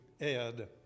Ed